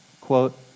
quote